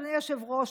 אדוני היושב-ראש,